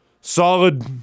solid